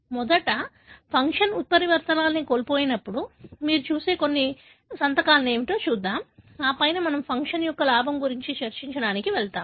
మొదట ఫంక్షన్ ఉత్పరివర్తనాలను కోల్పోయినప్పుడు మీరు చూసే కొన్ని సంతకాలు ఏమిటో చూద్దాం ఆపై మనము ఫంక్షన్ యొక్క లాభం గురించి చర్చించడానికి వెళ్తాము